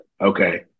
Okay